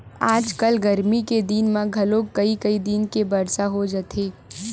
आजकल गरमी के दिन म घलोक कइ कई दिन ले बरसा हो जाथे